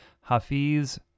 Hafiz